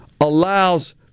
allows